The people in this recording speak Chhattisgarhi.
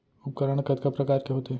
उपकरण कतका प्रकार के होथे?